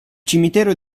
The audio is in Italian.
cimitero